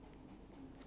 um